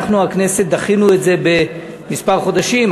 אנחנו, הכנסת, דחינו את זה בכמה חודשים.